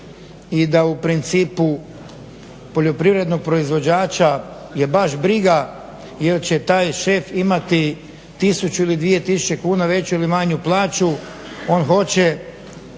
i da u principu poljoprivrednog proizvođača je baš briga jel' će taj šef imati 1000 ili 2000 kuna veću ili manju plaću. On hoće